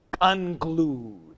unglued